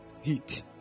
heat